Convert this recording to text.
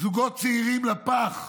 זוגות צעירים לפח,